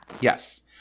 Yes